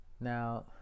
Now